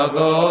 go